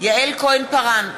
יעל כהן-פארן,